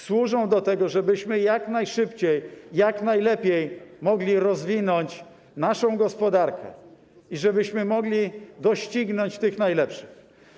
Służą one do tego, żebyśmy jak najszybciej, jak najlepiej mogli rozwinąć naszą gospodarkę i żebyśmy mogli doścignąć tych najlepszych.